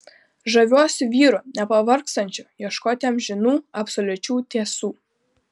žaviuosi vyru nepavargstančiu ieškoti amžinų absoliučių tiesų